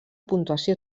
puntuació